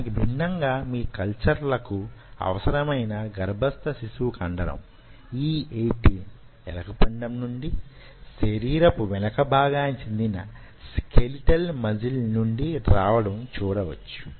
దానికి భిన్నంగా మీ కల్చర్లకు అవసరమైన గర్భస్థ శిశువు కండరం E 18 ఎలుక పిండం నుండి శరీరపు వెనుక భాగానికి చెందిన స్కెలిటల్ మజిల్ నుండి రావడం చూడవచ్చు